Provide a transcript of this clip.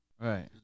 Right